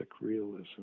realism